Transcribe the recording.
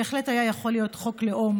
בהחלט היה יכול להיות חוק לאום